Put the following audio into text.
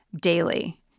daily